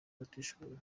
abatishoboye